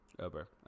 over